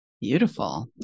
Beautiful